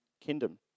kingdom